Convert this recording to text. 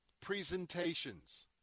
presentations